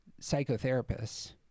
psychotherapists